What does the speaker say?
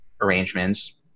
arrangements